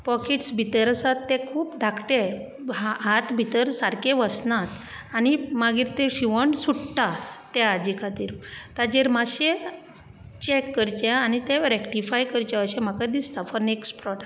pockets भितर आसा ते खूब धाकटे हात भितर सारकें वचनात आनी मागीर ती शिवण सुटटा त्या हाचे खातीर ताजेर मातशें चेक करचे आनी तें रेक्टीफाय करचें अशें म्हाका दिसता फॉर नेक्सट प्रोडक्ट